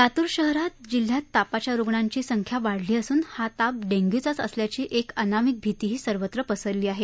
लातूर शहरात जिल्ह्यात तापाच्या रुग्णांची संख्या वाढली असुन हा ताप डेंग्यूचाच असल्याची एक अनामिक भीतीही सर्वत्र पसरली आहे